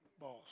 boss